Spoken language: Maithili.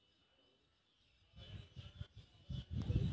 पशु शेड केहन हेबाक चाही?